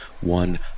one